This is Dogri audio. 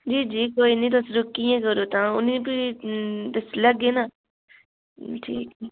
जी जी कोई निं तुस रुक्कियै करो तां उ'नें ई भी दस्सी लैगे ना ठीक